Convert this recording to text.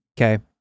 Okay